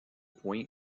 point